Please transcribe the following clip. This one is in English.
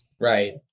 Right